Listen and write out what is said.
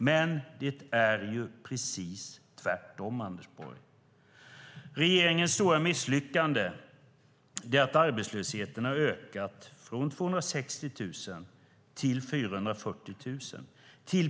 Men det är ju precis tvärtom, Anders Borg. Regeringens stora misslyckande är att antalet arbetslösa har ökat från 260 000 till 440 000.